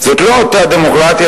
זאת לא אותה דמוקרטיה,